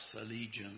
allegiance